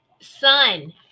Sun